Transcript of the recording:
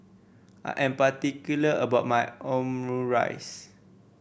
I am particular about my Omurice